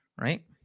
Right